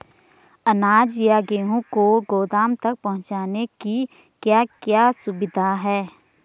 अनाज या गेहूँ को गोदाम तक पहुंचाने की क्या क्या सुविधा है?